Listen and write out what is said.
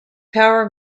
power